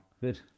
Good